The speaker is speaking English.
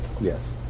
Yes